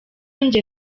njye